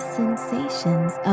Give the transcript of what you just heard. sensations